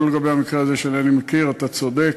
לא לגבי המקרה הזה, שאינני מכיר, אתה צודק,